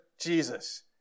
Jesus